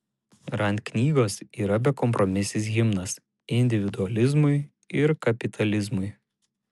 rand knygos yra bekompromisis himnas individualizmui ir kapitalizmui